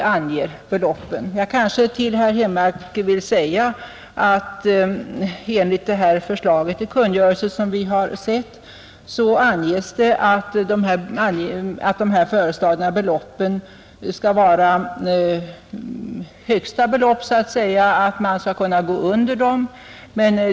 Jag skulle vidare vilja säga till herr Henmark att det i det föreliggande förslaget till kungörelse anges att de föreslagna beloppen skall vara högsta belopp, dvs. man skall kunna gå under dem.